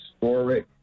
historic